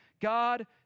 God